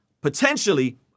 potentially